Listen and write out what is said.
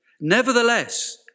Nevertheless